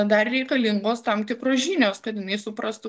dar reikalingos tam tikros žinios kad jinai suprastų